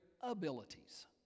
abilities